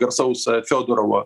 garaus fiodorovo